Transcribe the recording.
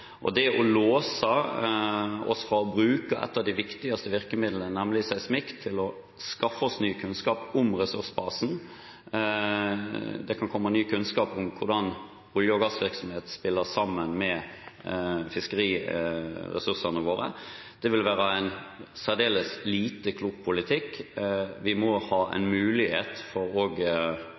Det å låse for bruk av et av de viktigste virkemidlene, nemlig seismikk, for å skaffe oss ny kunnskap om ressursbasen – det kan komme ny kunnskap om hvordan olje- og gassvirksomhet spiller sammen med fiskeriressursene våre – vil være en særdeles lite klok politikk. Vi må ha en mulighet for